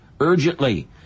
urgently